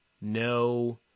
No